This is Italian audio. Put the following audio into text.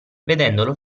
vedendolo